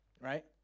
right